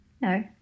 no